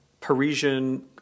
Parisian